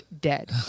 dead